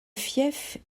fief